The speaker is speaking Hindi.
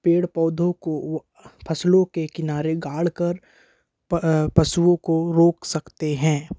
पेड़ पौधों को व फसलों के किनारे गाड़ कर पशुओं को रोक सकते हैं